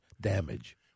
damage